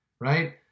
right